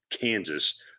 Kansas